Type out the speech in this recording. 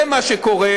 זה מה שקורה,